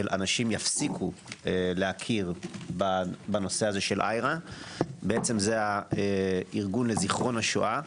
של אנשים יפסיקו להכיר בנושא הזה של IHRA. זה הארגון לזיכרון השואה,